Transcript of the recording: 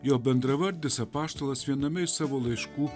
jo bendravardis apaštalas viename iš savo laiškų